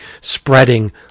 spreading